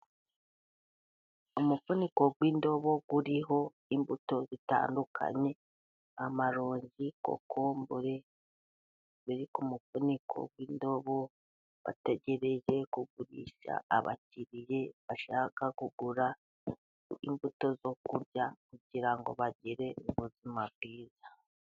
Umufuniko w'indobo uriho imbuto zitandukanye, amaronji kokombure, biri ku mufuniko w'indobo, bategereje kugurisha abakiriya bashaka kugura imbuto zo kurya, kugira ngo bagire ubuzima bwiza.